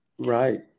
Right